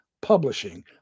publishing